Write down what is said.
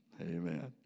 Amen